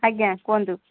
ଆଜ୍ଞା କୁହନ୍ତୁ